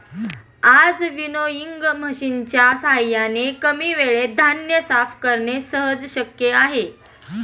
आज विनोइंग मशिनच्या साहाय्याने कमी वेळेत धान्य साफ करणे सहज शक्य आहे